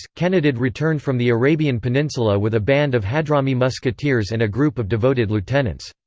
kenadid returned from the arabian peninsula with a band of hadhrami musketeers and a group of devoted lieutenants.